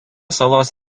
salos